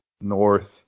north